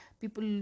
people